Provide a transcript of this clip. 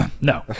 No